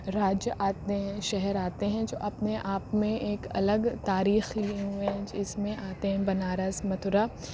راجیہ آتے ہیں شہر آتے ہیں جو اپنے آپ میں ایک الگ تاریخ لیے ہوئے ہیں جس میں آتے ہیں بنارس متھرا